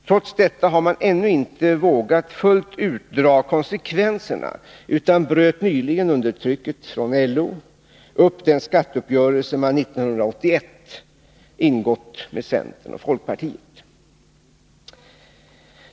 Trots detta har man ännu inte vågat fullt ut dra konsekvenserna utan bröt nyligen, under trycket från LO, upp den skatteuppgörelse man 1981 ingått med centern och folkpartiet.